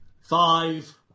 Five